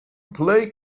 play